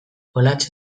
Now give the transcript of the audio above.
olatz